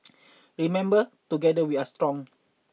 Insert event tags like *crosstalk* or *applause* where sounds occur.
*noise* remember together we are strong